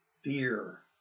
fear